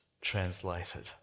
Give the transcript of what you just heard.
translated